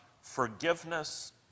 forgiveness